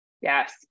Yes